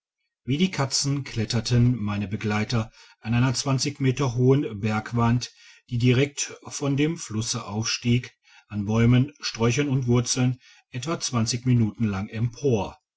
wie die katzen kletterten meine begleiter an einer meter hohen bergwand die direkt von dem flusse aufstieg an bäumen sträuchern und wurzeln etwa minuten lang empor